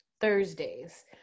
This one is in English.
Thursdays